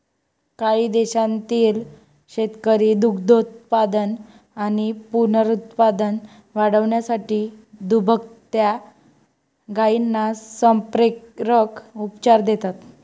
काही देशांतील शेतकरी दुग्धोत्पादन आणि पुनरुत्पादन वाढवण्यासाठी दुभत्या गायींना संप्रेरक उपचार देतात